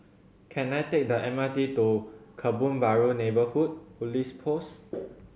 can I take the M R T to Kebun Baru Neighbourhood Police Post